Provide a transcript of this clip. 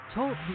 Talk